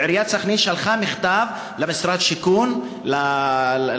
עיריית סח'נין שלחה מכתב למשרד השיכון בנצרת,